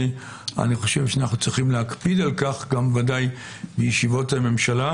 כי אני חושב שאנחנו צריכים להקפיד על כך גם בוודאי בישיבות הממשלה,